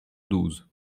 douze